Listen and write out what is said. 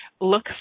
look